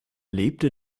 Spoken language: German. lebte